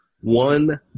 one